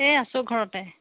এই আছোঁ ঘৰতে